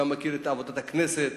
גם מכיר את עבודת הכנסת